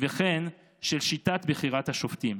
וכן של שיטת בחירת השופטים.